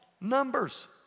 Numbers